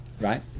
right